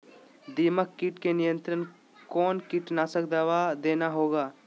दीमक किट के नियंत्रण कौन कीटनाशक दवा देना होगा?